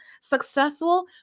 successful